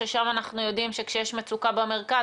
ששם אנחנו יודעים שכשיש מצוקה במרכז,